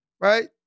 Right